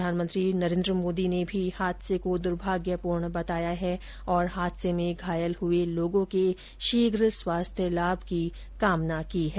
प्रधानमंत्री नरेन्द्र मोदी ने भी हादसे को दर्भाग्यपूर्ण बताया है और हादसे में घायल हुए लोगों के शीघ्र स्वास्थ्य लाभ की कामना की है